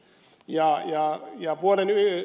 jaa ja jo puolen yön